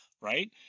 Right